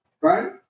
Right